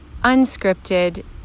unscripted